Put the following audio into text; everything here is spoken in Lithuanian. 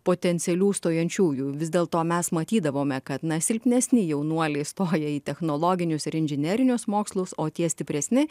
potencialių stojančiųjų vis dėlto mes matydavome kad na silpnesni jaunuoliai stoja į technologinius ir inžinerinius mokslus o tie stipresni